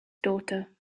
daughter